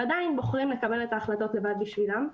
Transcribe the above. ועדיין בוחרים לקבל את ההחלטות לבד בשבילם,